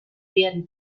werden